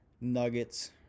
Nuggets